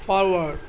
forward